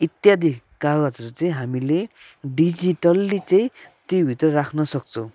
इत्यादि कागजहरू चाहिँ हामीले डिजिटल्ली चाहिँ त्यहीँभित्र राख्न सक्छौँ